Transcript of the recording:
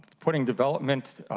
putting development,